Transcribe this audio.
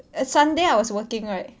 at sunday I was working right